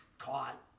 caught